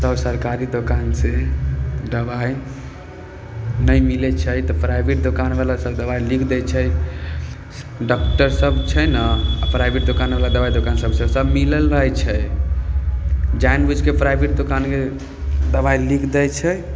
तब सरकारी दोकान से दबाइ नहि मिलै छै तऽ प्राइभेट दोकान बला सब दबाइ लिख दै छै डॉक्टर सब छै ने प्राइभेट दोकान बला सब सऽ सब मिलल रहै छै जानि बुझिके प्राइभेट दोकानके दबाइ लिख दै छै